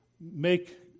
make